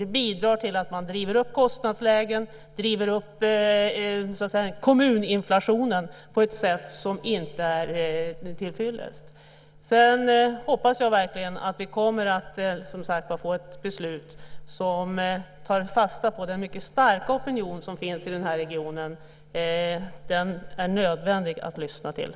Detta bidrar till att driva upp kostnadslägen och kommuninflationen, så att säga, på ett sätt som inte är tillfyllest. Sedan hoppas jag som sagt att vi verkligen kommer att få ett beslut som tar fasta på den mycket starka opinion som finns i den här regionen och som det är nödvändigt att lyssna till.